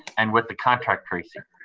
and with the contact tracing.